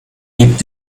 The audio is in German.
lebt